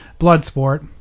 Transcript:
Bloodsport